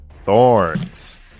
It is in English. Thorns